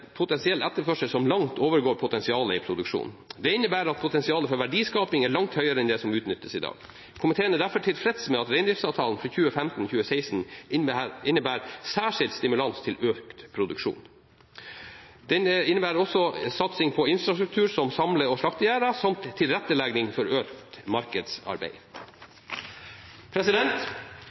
potensiell etterspørsel som langt overgår potensialet i produksjonen. Det innebærer at potensialet for verdiskaping er langt høyere enn det som utnyttes i dag. Komiteen er derfor tilfreds med at reindriftsavtalen for 2015/2016 innebærer særskilt stimulans til økt produksjon. Den innebærer også satsing på infrastruktur som samle- og slaktegjerder samt tilrettelegging for økt